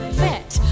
bet